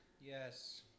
Yes